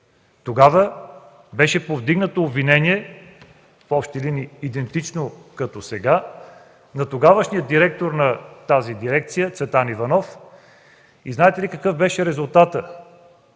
Тогава беше повдигнато обвинение, в общи линии идентично, както сега, на тогавашния директор на тази дирекция Цветан Иванов. Знаете ли какъв беше резултатът?